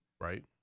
Right